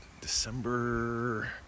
December